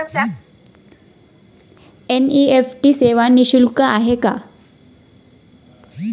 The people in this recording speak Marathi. एन.इ.एफ.टी सेवा निःशुल्क आहे का?